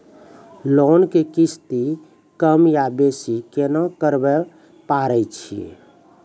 Loan के किस्ती कम या बेसी केना करबै पारे छियै?